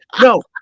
No